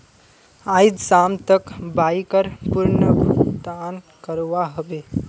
आइज शाम तक बाइकर पूर्ण भुक्तान करवा ह बे